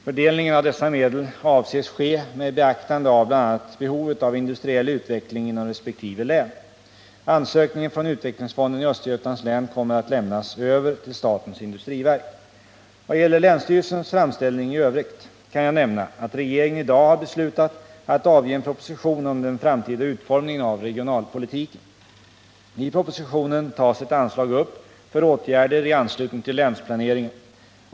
Fördelningen av dessa medel avses ske med beaktande av bl.a. behovet av industriell utveckling inom resp. län. Ansökningen från utvecklingsfonden i Östergötlands län kommer att lämnas över till statens industriverk. Vad gäller länsstyrelsens framställning i övrigt kan jag nämna att regeringen i dag har beslutat att avge en proposition om den framtida utformningen av regionalpolitiken. I propositionen tas ett anslag upp för åtgärder i anslutning till länsplaneringen.